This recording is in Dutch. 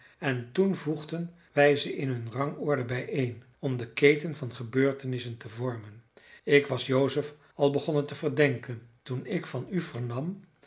en toen voegden wij ze in hun rangorde bijeen om de keten van gebeurtenissen te vormen ik was joseph al begonnen te verdenken toen ik van u vernam